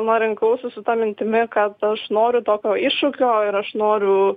na rinkausi su ta mintimi kad aš noriu tokio iššūkio ir aš noriu